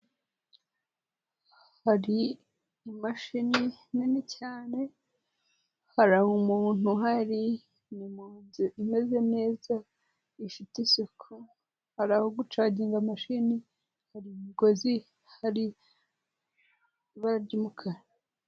Hari imashini nini cyane. Hari umuntu uhari. Ni mu nzu imeze neza, ifite isuku. Hari aho gucaginga mashini. Hari imigozi, hari ibara ry'umukara.